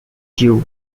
jew